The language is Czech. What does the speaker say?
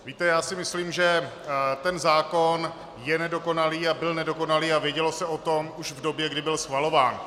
Víte, já si myslím, že ten zákon je nedokonalý a byl nedokonalý a vědělo se o tom už v době, kdy byl schvalován.